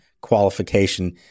qualification